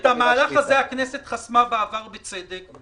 את המהלך הזה הכנסת חסמה בעבר, ובצדק.